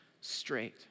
straight